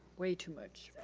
way too much.